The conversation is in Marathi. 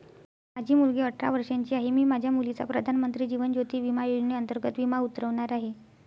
माझी मुलगी अठरा वर्षांची आहे, मी माझ्या मुलीचा प्रधानमंत्री जीवन ज्योती विमा योजनेअंतर्गत विमा उतरवणार आहे